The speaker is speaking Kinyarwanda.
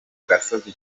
gasozi